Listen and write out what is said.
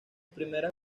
primeras